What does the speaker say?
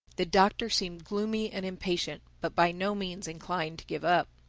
the doctor seemed gloomy and impatient but by no means inclined to give up.